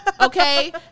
okay